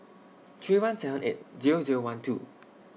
three one seven eight Zero Zero one two